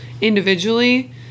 individually